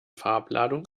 farbladung